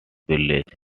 village